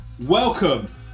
Welcome